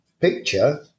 picture